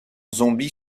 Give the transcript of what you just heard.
zombie